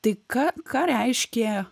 tai ką ką reiškė